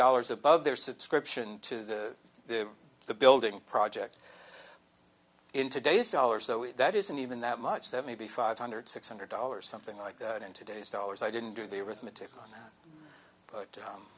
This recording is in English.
dollars above their subscription to the the building project in today's dollars so if that isn't even that much that maybe five hundred six hundred dollars something like in today's dollars i didn't do the arithmetic but